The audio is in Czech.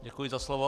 Děkuji za slovo.